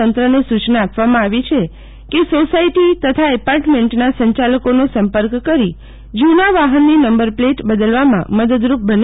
તંત્રને સુચના આપવામાં આવી છે કે સોસાયટી તથા એપાર્ટમેન્ટના સંચાલકોનો સંપર્ક કરી જુના વાહનની નંબર પ્લેટ બદલવામાં મદદરુપ બને